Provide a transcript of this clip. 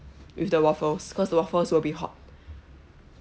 with the waffles because waffles will be hot